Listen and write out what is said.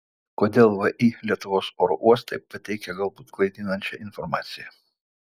kodėl vį lietuvos oro uostai pateikė galbūt klaidinančią informaciją